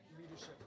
leadership